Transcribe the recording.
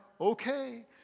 Okay